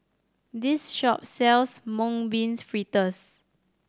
this shop sells Mung Bean Fritters